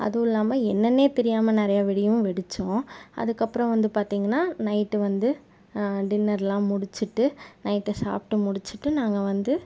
அதுவும் இல்லாமல் என்னனு தெரியாமல் நிறைய வெடியும் வெடித்தோம் அதுக்கப்றம் வந்து பார்த்திங்கனா நைட்டு வந்து டின்னர்லாம் முடிச்சுட்டு நைட்டு சாப்பிட்டு முடிச்சுட்டு நாங்கள் வந்து